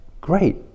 great